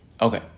Okay